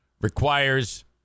requires